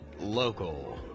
local